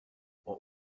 what